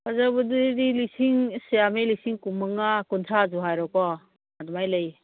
ꯐꯖꯕꯗꯨꯗꯤ ꯂꯤꯁꯤꯡ ꯑꯁ ꯌꯥꯝꯃꯦ ꯂꯤꯁꯤꯡ ꯀꯨꯟ ꯃꯉꯥ ꯀꯨꯟꯊ꯭ꯔꯥꯁꯨ ꯍꯥꯏꯔꯣꯀꯣ ꯑꯗꯨꯃꯥꯏ ꯂꯩ